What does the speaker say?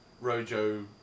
Rojo